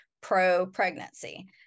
pro-pregnancy